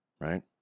right